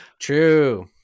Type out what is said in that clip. True